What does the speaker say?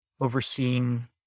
overseeing